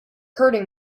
hurting